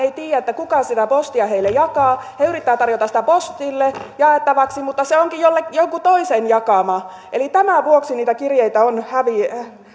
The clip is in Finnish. he eivät tiedä kuka sitä postia heille jakaa he yrittävät tarjota sitä postille jaettavaksi mutta se onkin jonkun toisen jakamaa eli tämän vuoksi niitä kirjeitä